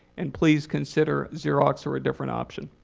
and please consider xerox or a different option.